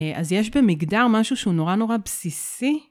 אז יש במגדר משהו שהוא נורא נורא בסיסי.